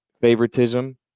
favoritism